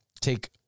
take